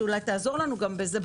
ואולי תעזור לנו בזה,